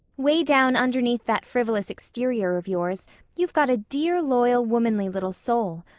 way down underneath that frivolous exterior of yours you've got a dear, loyal, womanly little soul.